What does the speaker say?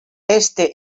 este